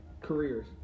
careers